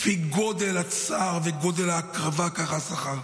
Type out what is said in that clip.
לפי גודל הצער וגודל ההקרבה, גודל השכר.